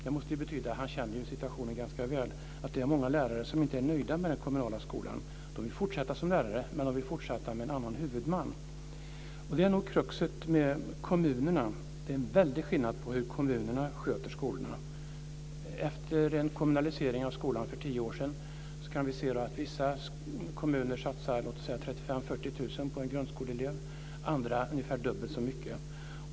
Det måste betyda - han känner situationen ganska väl - att det är många lärare som inte nöjda med den kommunala skolan. De vill fortsätta som lärare, men de vill fortsätta med en annan huvudman. Det är nog kruxet med kommunerna. Det är en väldig skillnad på hur kommunerna sköter skolorna. Efter kommunaliseringen av skolan för tio år sedan kan vi se att vissa kommuner satsar 35 000-40 000 kr på en grundskoleelev, andra ungefär dubbelt så mycket.